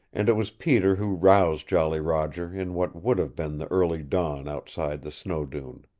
and it was peter who roused jolly roger in what would have been the early dawn outside the snow-dune.